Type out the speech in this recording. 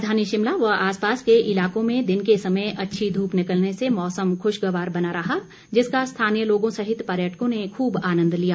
राजधानी शिमला व आसपास के इलाकों में दिन के समय अच्छी धूप निकलने से मौसम खुशगवार बना रहा जिसका स्थानीय लोगों सहित पर्यटकों ने खूब आंनद लिया